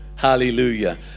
Hallelujah